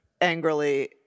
angrily